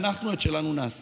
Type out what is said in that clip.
אנחנו את שלנו נעשה,